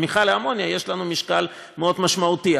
יש לנו משקל מאוד משמעותי.